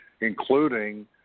including